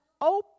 Open